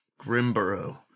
Grimborough